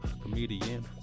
comedian